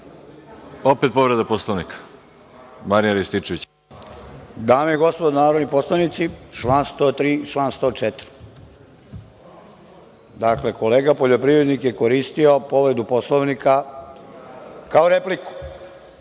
povreda Poslovnika. **Marijan Rističević** Dame i gospodo narodni poslanici, član 103. i član 104.Dakle, kolega poljoprivrednik je koristio povredu Poslovnika kao repliku.